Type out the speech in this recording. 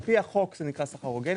על-פי החוק, זה נקרא סחר הוגן.